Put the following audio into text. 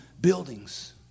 buildings